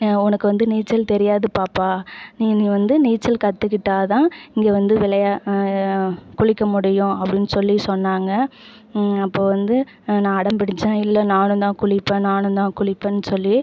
உனக்கு வந்து நீச்சல் தெரியாது பாப்பா நீ நீ வந்து நீச்சல் கற்றுக்கிட்டாதா இங்கே வந்து விளையா குளிக்க முடியும் அப்படின் சொல்லி சொன்னாங்க அப்போ வந்து நான் அடம்பிடிச்சன் இல்லை நானுந்தான் குளிப்பேன் நானுந்தான் குளிப்பேன் சொல்லி